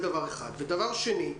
דבר שני,